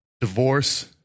divorce